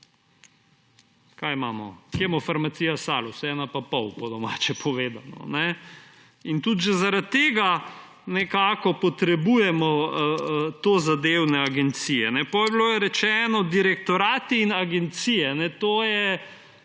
Kaj imamo? Kemofarmacija, Salus, ena in pol, po domače povedano. Že tudi zaradi tega nekako potrebujemo tozadevne agencije. Potem je bilo rečeno direktorati in agencije.